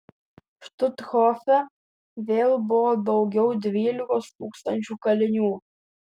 štuthofe vėl buvo daugiau dvylikos tūkstančių kalinių